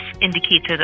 indicated